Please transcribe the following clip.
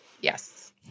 Yes